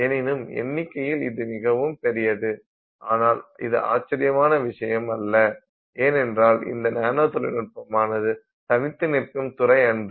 எனினும் எண்ணிக்கையில் இது மிகவும் பெரியது ஆனால் இது ஆச்சரியமான விஷயம் அல்ல ஏனென்றால் இந்த நானோ தொழில்நுட்பமானது தனித்து நிற்கும் துறை அன்று